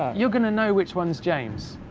you're gonna know which one is james.